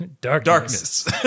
darkness